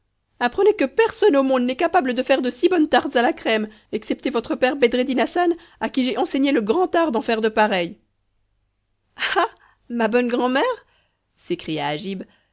apprenez que personne au monde n'est capable de faire de si bonnes tartes à la crème excepté votre père bedreddin hassan à qui j'ai enseigné le grand art d'en faire de pareilles ah ma bonne grand'mère s'écria agib